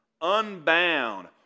unbound